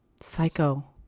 Psycho